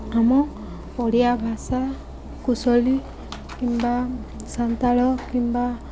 ଆମ ଓଡ଼ିଆ ଭାଷା କୋଶଳୀ କିମ୍ବା ସାନ୍ତାଳ କିମ୍ବା